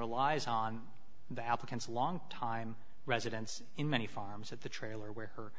relies on the applicants a long time residents in many farms at the trailer where her